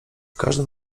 każdym